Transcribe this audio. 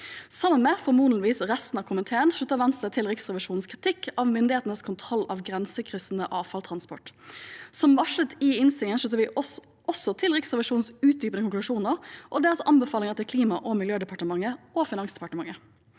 Sammen med formodentligvis resten av komiteen slutter Venstre seg til Riksrevisjonens kritikk av myndighetenes kontroll av grensekryssende avfallstransport. Som varslet i innstillingen slutter vi oss også til Riksrevisjonens utdypende konklusjoner og deres anbefalinger til Klima- og miljødepartementet og Finansdepartementet.